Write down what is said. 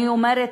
אני אומרת: